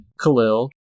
Khalil